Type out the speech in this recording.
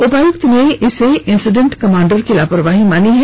उपायुक्त ने इसे इंसिडेंट कमांडर की लापरवाही मानी है